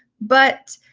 but